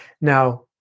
Now